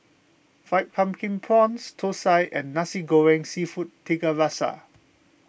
Fried Pumpkin Prawns Thosai and Nasi Goreng Seafood Tiga Rasa